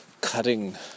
cutting